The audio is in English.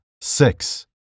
six